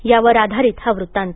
त्यावर आधारित हा वृत्तांत